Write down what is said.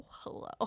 Hello